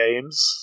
Games